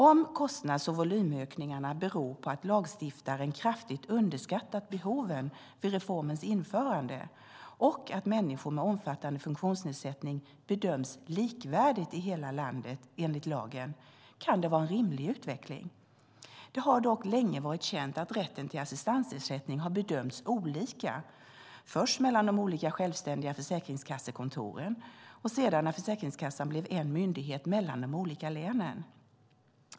Om kostnads och volymökningarna beror på att lagstiftaren kraftigt underskattat behoven vid reformens införande och att människor med omfattande funktionsnedsättning bedöms likvärdigt i hela landet enligt lagen kan det vara en rimlig utveckling. Det har dock länge varit känt att rätten till assistansersättning har bedömts olika, först mellan de olika självständiga försäkringskassekontoren och sedan, när Försäkringskassan blev en myndighet, mellan de olika länen.